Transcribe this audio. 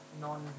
non